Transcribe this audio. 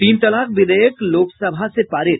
तीन तलाक विधेयक लोकसभा से पारित